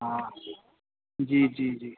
हा जी जी जी